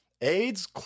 AIDS